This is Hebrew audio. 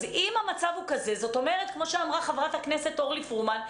אז אם המצב הוא כזה אז כמו שאמרה חברת הכנסת אורלי פרומן,